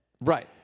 Right